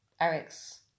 Eric's